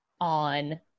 on